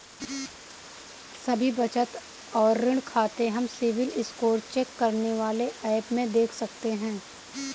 सभी बचत और ऋण खाते हम सिबिल स्कोर चेक करने वाले एप में देख सकते है